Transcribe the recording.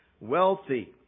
wealthy